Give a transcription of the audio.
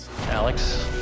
Alex